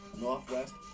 Northwest